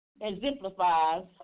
exemplifies